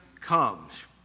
Comes